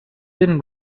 been